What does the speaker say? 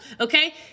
Okay